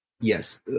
yes